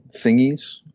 thingies